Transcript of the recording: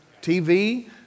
TV